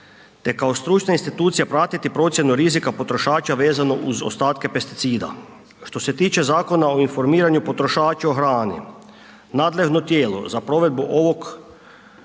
te kao stručne institucije pratiti procjenu rizika potrošača vezano uz ostatke pesticida. Što se tiče Zakona o informiranju potrošača o hrani, nadležno tijelo za provedbu ovog